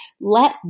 Let